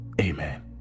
Amen